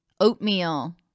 oatmeal